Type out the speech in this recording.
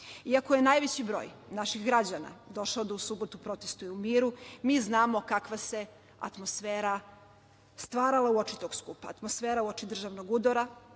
Iako je najveći broj naših građana došao da u subotu protestuje u miru, mi znamo kakva se atmosfera stvarala uoči tog skupa. Atmosfera uoči državnog udara,